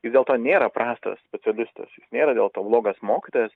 jis dėl to nėra prastas specialistas jis nėra dėl to blogas mokytojas